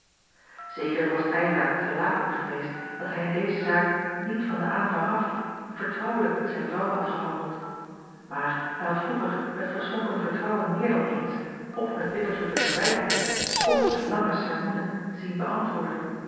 zeker was eylar te laken geweest dat hij in deze zaak niet van den aanvang af vertrouwelijk met zijn vrouw had gehandeld maar hij had vroeger het geschonken vertrouwen meer dan eens of met bitterzoete verwijtingen of met lange sermoenen zien beäntwoorden